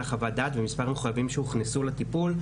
חוות דעת ומספר מחויבים שהוכנסו לטיפול,